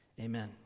Amen